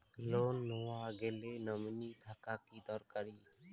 Loan নেওয়ার গেলে nominee থাকা কি দরকারী?